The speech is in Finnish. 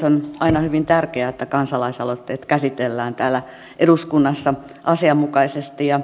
on aina hyvin tärkeää että kansalaisaloitteet käsitellään täällä eduskunnassa asianmukaisesti